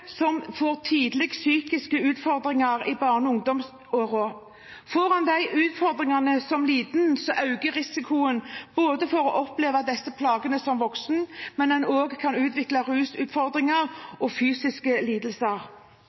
tidlig får psykiske utfordringer – i barne- og ungdomsårene – har større risiko for både å oppleve disse plagene som voksen og å utvikle rusutfordringer og fysiske lidelser.